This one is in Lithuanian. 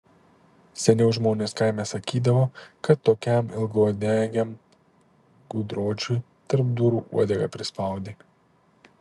seniau žmonės kaime sakydavo kad tokiam ilgauodegiam gudročiui tarp durų uodegą prispaudė